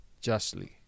justly